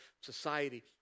society